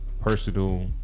personal